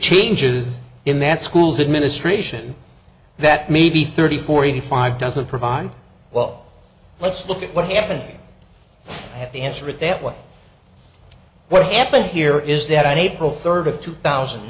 changes in that school's administration that maybe thirty forty five doesn't provide well let's look at what happened to answer it that way what happened here is that on april third of two thousand